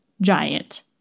giant